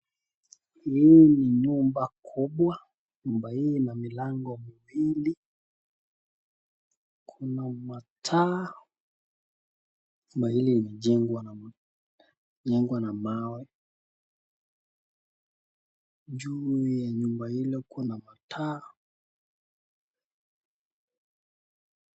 Hii ni nyumba kubwa nyumba hii ina mlango mbili kuna maataa nyumba hili imejengwa na mawe, juu ya nyumba hilo kuna mataa .